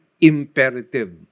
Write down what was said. imperative